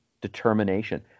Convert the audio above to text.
determination